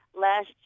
Last